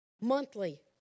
monthly